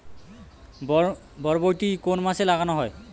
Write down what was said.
বরবটি কোন মাসে লাগানো হয়?